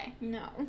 no